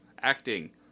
Acting